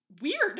Weird